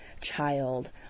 child